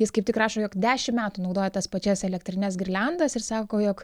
jis kaip tik rašo jog dešim metų naudoja tas pačias elektrines girliandas ir sako jog